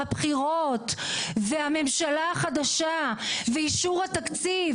הבחירות והממשלה החדשה ואישור התקציב